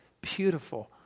beautiful